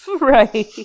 Right